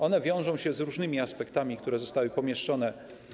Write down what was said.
One wiążą się z różnymi aspektami, które zostały pomieszczone w tejże.